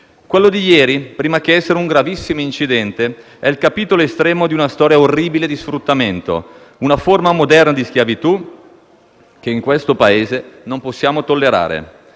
Quello di ieri, prima di essere un gravissimo incidente, è il capitolo estremo di una storia orribile di sfruttamento, una forma moderna di schiavitù che in questo Paese non possiamo tollerare.